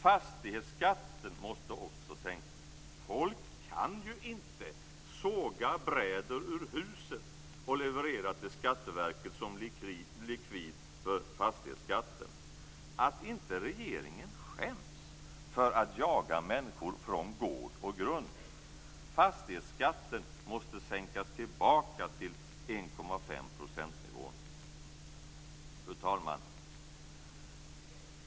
Fastighetskatten måste också sänkas. Folk kan ju inte såga brädor ur huset och leverera till Skatteverket som likvid för fastighetsskatten. Att inte regeringen skäms för att jaga människor från gård och grund. Fastighetsskatten måste sänkas tillbaka till 1,5 procentsnivån! Fru talman!